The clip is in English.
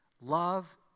Love